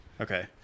Okay